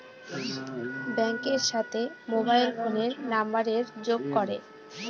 ব্যাঙ্কের সাথে মোবাইল ফোনের নাম্বারের যোগ করে